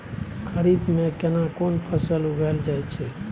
खरीफ में केना कोन फसल उगायल जायत छै?